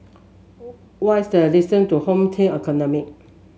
what is the distance to Home Team Academy